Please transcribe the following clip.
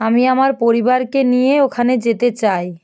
আমি আমার পরিবারকে নিয়ে ওখানে যেতে চাই